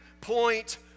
point